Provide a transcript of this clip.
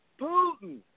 Putin